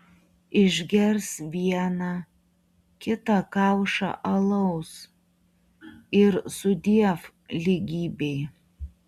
išgers vieną kita kaušą alaus ir sudiev lygybei